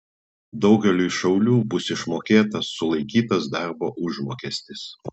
daugeliui šaulių bus išmokėtas sulaikytas darbo užmokestis